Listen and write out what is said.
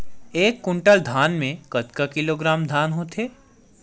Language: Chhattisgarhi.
एक कुंटल धान में कतका किलोग्राम धान होथे?